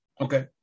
Okay